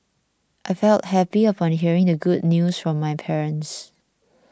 I felt happy upon hearing the good news from my parents